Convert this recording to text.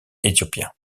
éthiopiens